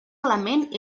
element